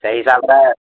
ସେଇ ହିସାବ୍ ରେ